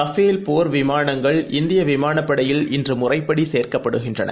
Rafale போர் விமானங்கள் இந்தியவிமானப் படையில் இன்றுமுறைப்படி இணைக்கப்படுகின்றன